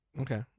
Okay